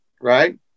right